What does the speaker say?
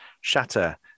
shatter